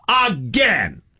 again